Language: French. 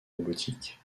robotique